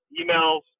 emails